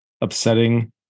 upsetting